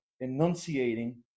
enunciating